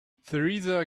theresa